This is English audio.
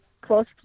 close